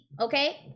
okay